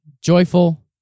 joyful